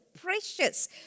precious